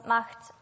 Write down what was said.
Macht